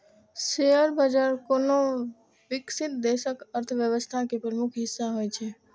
share बाजार कोनो विकसित देशक अर्थव्यवस्था के प्रमुख हिस्सा होइ छै